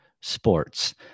sports